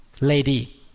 lady